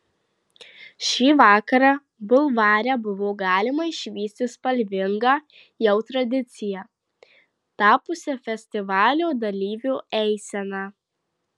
šį vakarą bulvare buvo galima išvysti spalvingą jau tradicija tapusią festivalio dalyvių eiseną